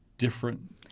Different